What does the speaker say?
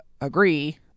agree